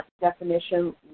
definition